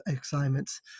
assignments